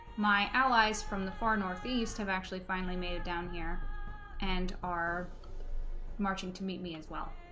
my allies from the far northeast have actually finally made it down here and are marching to meet me as well